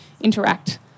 interact